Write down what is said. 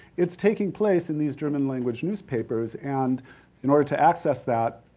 it's taking place in these german language newspapers and in order to access that,